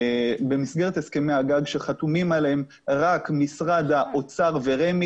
במסגרת הסכמי הגג שחתומים עליהם רק משרד האוצר ורשות מקרקעי ישראל,